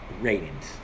ratings